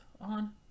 on